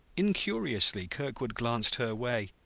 incuriously kirkwood glanced her way.